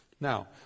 Now